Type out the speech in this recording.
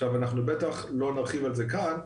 עכשיו אנחנו בטח לא נרחיב על זה כאן,